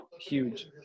huge